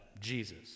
Jesus